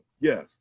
yes